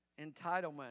Entitlement